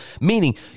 meaning